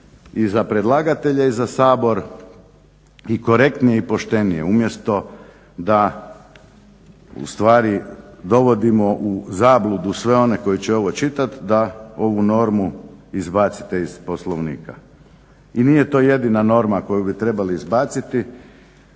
i za predlagatelja i za Sabor i korektnije i poštenije umjesto da ustvari dovodimo u zabludu sve one koji će ovo čitati da ovu normu izbacite iz Poslovnika. I nije to jedina norma koju bi trebali izbaciti.